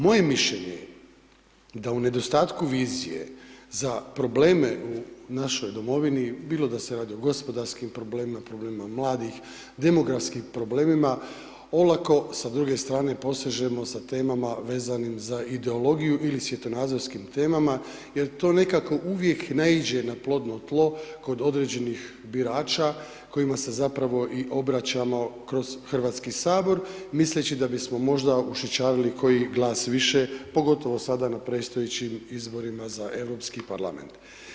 Moje mišljenje je u nedostatku vizije za probleme u našoj domovini, bilo da se radi o gospodarskim problemima, problemima mladih, demografskim problemima, olako sa druge strane posežemo za temama vezanim za ideologiju ili svjetonazorskim temama jer to nekako uvijek naiđe na plodno tlo kod određenih birača kojima se zapravo i obraćamo kroz HS misleći da bismo možda ušećarili koji glas više, pogotovo sada na predstojećim izborima za Europski parlament.